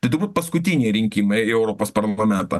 tai turbūt paskutiniai rinkimai į europos parlamentą